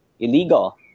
illegal